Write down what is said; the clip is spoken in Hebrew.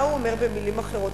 מה הוא אומר, במלים אחרות?